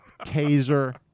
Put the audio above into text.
taser